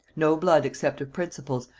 no blood except of principals,